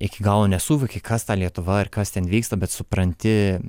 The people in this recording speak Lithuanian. iki galo nesuvoki kas ta lietuva ir kas ten vyksta bet supranti